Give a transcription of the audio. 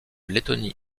lettonie